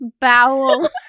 Bowel